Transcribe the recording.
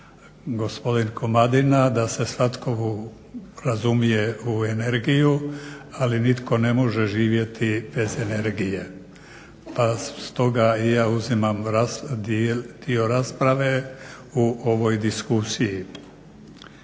gospodin Komadina da se svatko razumije u energiju, ali nitko ne može živjeti bez energije. Stoga i ja uzimam dio rasprave u ovoj diskusiji.